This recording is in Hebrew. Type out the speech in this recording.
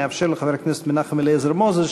נאפשר לחבר הכנסת מנחם אליעזר מוזס,